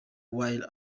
while